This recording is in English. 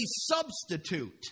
substitute